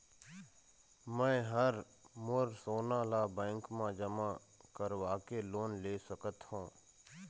मैं हर मोर सोना ला बैंक म जमा करवाके लोन ले सकत हो?